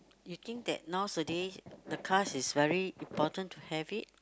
you think that nowadays the cars is very important to have it